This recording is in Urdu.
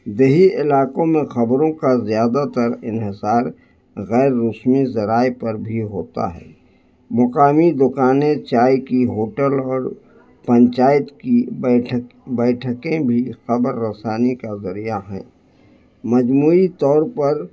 دیہی علاقوں میں خبروں کا زیادہ تر انحصار غیر رسمی ذرائع پر بھی ہوتا ہے مقامی دکانیں چائے کی ہوٹل اور پنچائت کی بیٹھک بیٹھکیں بھی خبر رسانی کا ذریعہ ہے مجموعی طور پر